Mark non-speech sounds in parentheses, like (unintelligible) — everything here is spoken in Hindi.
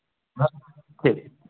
(unintelligible)